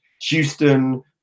Houston